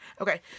Okay